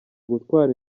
gutwara